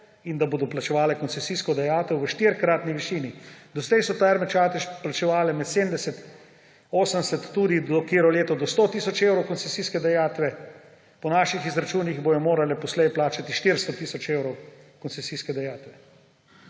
in da bodo plačevale koncesijsko dajatev v štirikratni višini. Doslej so Terme Čatež plačevale med 70, 80, tudi katero leto do 100 tisoč evrov koncesijske dajatve, po naših izračunih bodo morale poslej plačati 400 tisoč evrov koncesijske dajatve.